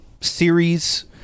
series